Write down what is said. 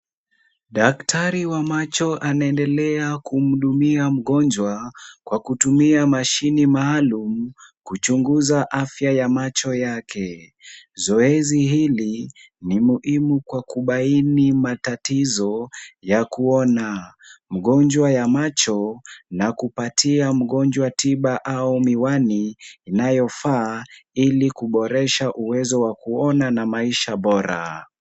Daktari wa macho anaendelea kumhudumia mgonjwa kwa kutumia mashini maalum kuchunguza afya ya macho yake. Zoezi hili ni muhimu kwa kubaini matatizo ya kuona mgonjwa ya macho na kupatia mgonjwa tiba au miwani inayofaa ili kuboresha uwezo wa kuona na maisha bora.